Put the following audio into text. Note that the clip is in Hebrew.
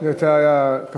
זה לא היה עשר דקות.